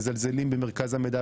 מזלזלים במרכז המידע.